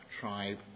tribe